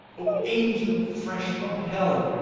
o angel fresh from hell!